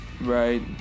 right